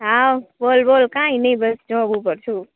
હા બોલ બોલ કાંઈ નઈ બસ જોબ ઉપર છું